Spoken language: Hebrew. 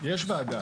יש ועדה.